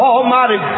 Almighty